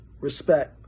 respect